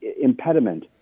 impediment